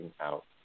out